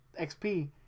xp